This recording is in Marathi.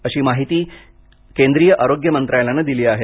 अशी माहिती केंद्रीय आरोग्य मंत्रालयान दिली आहे